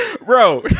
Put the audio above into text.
Bro